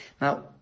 Now